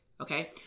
Okay